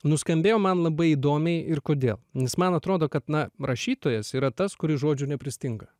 nuskambėjo man labai įdomiai ir kodėl nes man atrodo kad na rašytojas yra tas kuris žodžių nepristinga